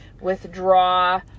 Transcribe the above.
Withdraw